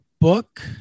book